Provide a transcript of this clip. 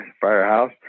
firehouse